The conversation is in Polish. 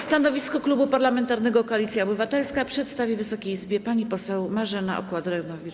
Stanowisko Klubu Parlamentarnego Koalicja Obywatelska przedstawi Wysokiej Izbie pani poseł Marzena Okła-Drewnowicz.